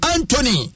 Anthony